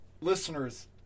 listeners